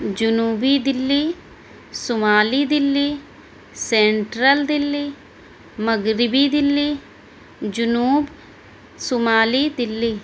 جنوبی دلی شمالی دلی سینٹرل دلی مغربی دلی جنوب شمالی دلی